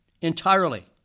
entirely